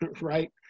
right